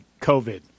COVID